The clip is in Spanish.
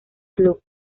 club